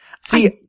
see